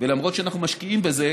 ולמרות שאנחנו משקיעים בזה,